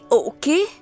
okay